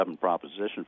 proposition